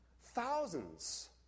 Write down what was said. Thousands